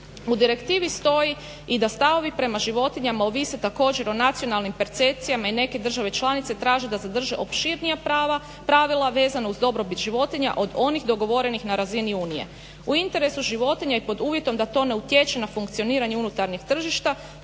U direktivi stoji i da stavovi prema životinjama ovise također o nacionalnim percepcijama i neke države članice traže da zadrže opširnija pravila vezano uz dobrobit životinja od onih dogovorenih na razini Unije. U interesu životinja i pod uvjetom da to ne utječe na funkcioniranje unutarnjeg tržišta